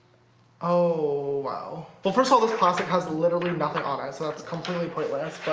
oh wow well first of all, this plastic has literally nothing on it so that's completely pointless.